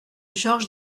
georges